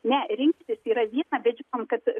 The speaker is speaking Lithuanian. ne rinktis yra viena bet žinom kad